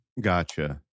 Gotcha